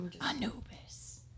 Anubis